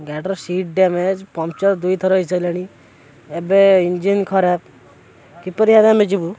ଗାଡ଼ିର seat damage puncture ଦୁଇଥର ହୋଇସାରିଲାଣି ଏବେ ଇଞ୍ଜିନ୍ ଖରାପ କିପରି ଆଉ ଆମେ ଯିବୁ